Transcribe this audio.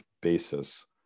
basis